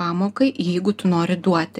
pamokai jeigu tu nori duoti